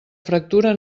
fractura